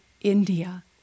India